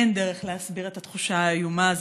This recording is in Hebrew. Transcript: אין דרך להסביר את התחושה האיומה הזו,